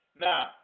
Now